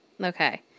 Okay